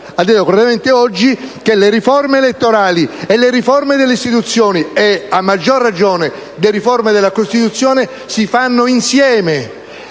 il senatore Valditara, le riforme elettorali, le riforme delle istituzioni e, a maggior ragione, le riforme della Costituzione si fanno insieme.